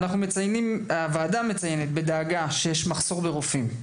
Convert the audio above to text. הוועדה מציינת בדאגה שיש מחסור ברופאים.